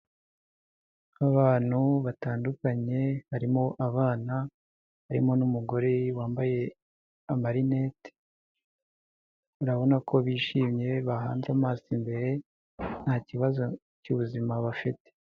Abantu batandukanye harimo abana, harimo n'umugore wambaye amarinete, urabona ko bishimye, bahanze amaso imbere nta kibazo cy'ubuzima bafite.